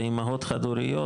ואימהות חד-הוריות,